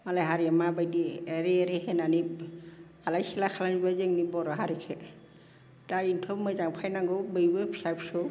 मालाय हारिया माबायदि ओरै ओरै होननानै आलाय सिलाय खालामजोबबाय जोंनि बर' हारिखो दा इथ' मोजां फायनांगौ बयबो फिसा फिसौ